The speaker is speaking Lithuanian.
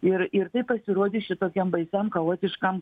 ir ir tai pasirodė šitokiam baisiam chaotiškam